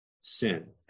sin